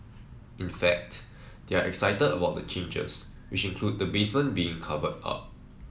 in fact they are excited about the changes which include the basement being covered up